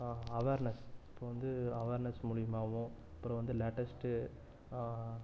awareness இப்போ வந்து awareness மூலியமாகவும் அப்புறம் வந்து லேட்டஸ்ட்டு